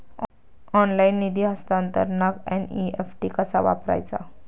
Online निधी हस्तांतरणाक NEFT कसा वापरायचा?